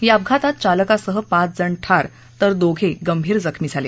या अपघातात चालकासह पाच जण ठार तर दोघे गंभीर जखमी झाले